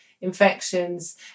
infections